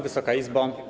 Wysoka Izbo!